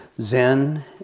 Zen